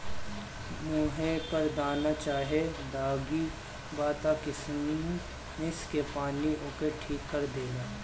मुहे पर दाना चाहे दागी बा त किशमिश के पानी ओके ठीक कर देला